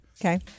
Okay